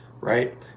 Right